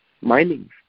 mining